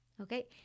Okay